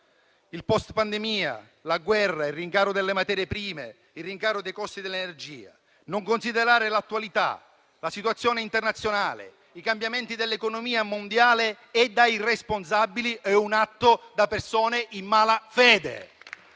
il *post* pandemia, la guerra, il rincaro delle materie prime e dei costi dell'energia. Non considerare l'attualità, la situazione internazionale, i cambiamenti dell'economia mondiale è da irresponsabili, è un atto da persone in malafede.